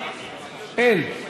אין.